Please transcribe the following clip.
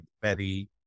Betty